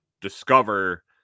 discover